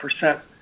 percent